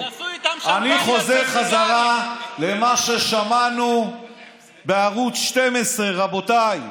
אני חוזר בחזרה למה ששמענו בערוץ 12. רבותיי,